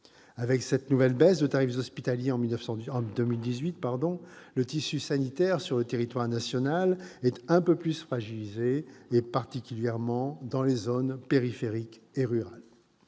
Avec cette nouvelle baisse des tarifs hospitaliers en 2018, le tissu sanitaire sur le territoire national est un peu plus fragilisé, particulièrement dans les zones périphériques et rurales.